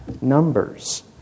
numbers